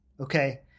Okay